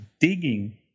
digging